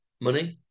money